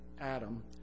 Adam